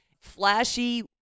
flashy